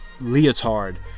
leotard